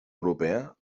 europea